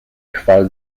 chwal